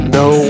no